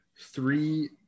three